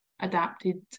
adapted